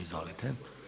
Izvolite.